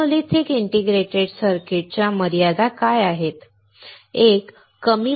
monolithic integrated circuits च्या मर्यादा काय आहेत